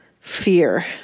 fear